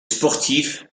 sportifs